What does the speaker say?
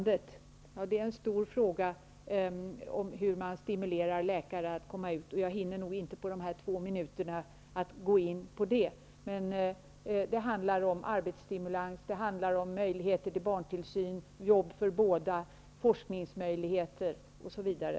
Det är en stor fråga, hur man stimulerar läkare att arbeta i hela landet. Jag hinner inte på dessa två minuter gå in på detta. Det handlar om arbetsstimulans, möjligheter till barntillsyn, jobb för båda, forskningsmöjligheter osv.